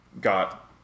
got